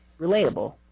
relatable